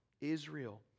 Israel